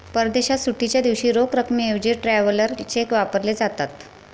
परदेशात सुट्टीच्या दिवशी रोख रकमेऐवजी ट्रॅव्हलर चेक वापरले जातात